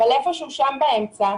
אבל איפשהו שם באמצע,